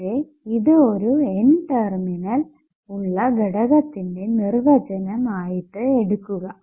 പക്ഷെ ഇത് ഒരു N ടെർമിനൽ ഉള്ള ഘടകത്തിന്റെ നിർവചനം ആയിട്ട് എടുക്കുക